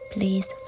Please